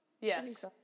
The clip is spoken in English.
Yes